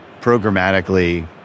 programmatically